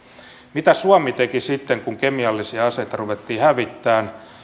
mitä suomi teki sitten kun kemiallisia aseita ruvettiin hävittämään